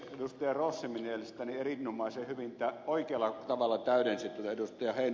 rossi mielestäni erinomaisen hyvin oikealla tavalla täydensi ed